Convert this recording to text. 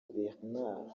bernard